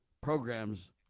programs